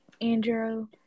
Andrew